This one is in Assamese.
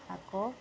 আকৌ